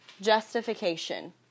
Justification